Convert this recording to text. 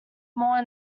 more